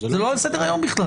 זה לא על סדר-היום בכלל,